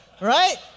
Right